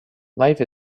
life